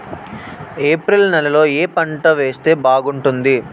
April నెలలో ఏ పంట వేస్తే బాగుంటుంది?